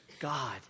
God